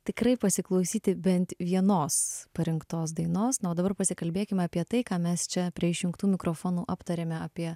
tikrai pasiklausyti bent vienos parinktos dainos na o dabar pasikalbėkime apie tai ką mes čia prie išjungtų mikrofonų aptarėme apie